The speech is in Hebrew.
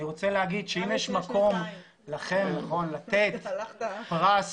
אם יש לכם מקום לתת פרס,